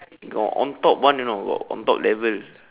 got on top one you know got on top level